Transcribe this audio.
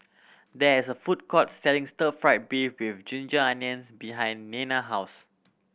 there is a food court selling stir fried beef with ginger onions behind Nena house